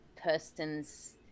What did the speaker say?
person's